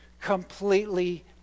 completely